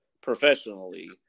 professionally